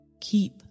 Keep